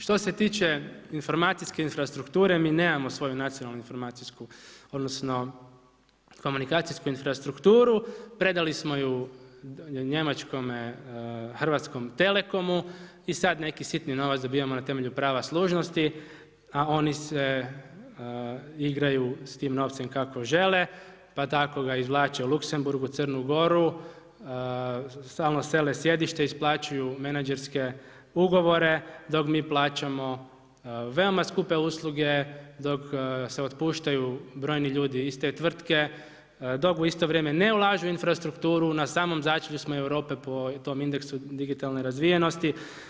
Što se tiče informacijske infrastrukture, mi nemamo svoju nacionalnu informacijsku, odnosno komunikacijsku infrastrukturu, predali smo ju njemačkom HT-u i sad neki sitni novac dobivamo na temelju prava služnosti, a oni se igraju s tim novcem kako žele pa tako ga izvlače u Luksemburg, u Crnu Goru, stalno sele sjedište, isplaćuju menadžerske ugovore, dok mi plaćamo veoma skupe usluge, dok se otpuštaju brojni ljudi iz te tvrtke, dok u isto vrijeme ne ulažu u infrastrukturu, na samom začelju smo Europe po tom indeksu digitalne razvijenosti.